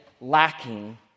lacking